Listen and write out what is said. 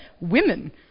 women